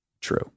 true